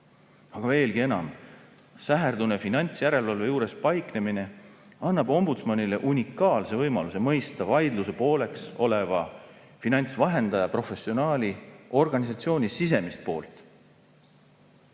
Veelgi enam, säherdune finantsjärelevalve juures paiknemine annab ombudsmanile unikaalse võimaluse mõista vaidluse pooleks oleva finantsvahendaja, professionaali, organisatsiooni sisemist poolt.